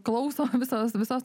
klauso visos visos